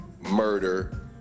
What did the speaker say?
murder